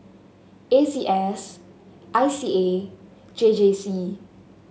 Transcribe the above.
A C S I C A J J C